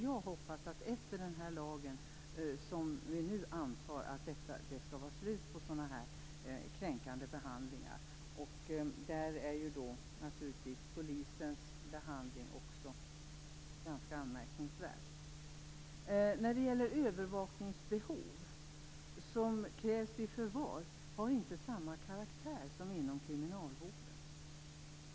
Jag hoppas att det efter den lag som vi nu antar skall vara slut på sådan här kränkande behandling. I det här fallet är naturligtvis polisens behandling också ganska anmärkningsvärd. Övervakningsbehov som krävs vid förvar har inte samma karaktär som inom kriminalvården.